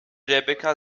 rebecca